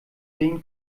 sehen